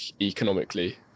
economically